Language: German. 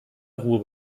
ruhe